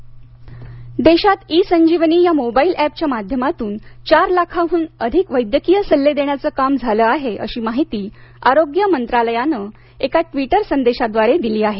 आरोग्य देशात ई संजीवनी या मोबाईल एपच्या माध्यमातून चार लाखांहून अधिक वैद्यकीय सल्ले देण्याचे काम झालं आहे अशी माहिती आरोग्य मंत्रालयानं एका ट्विटर संदेशादावारे दिली आहे